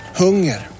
hunger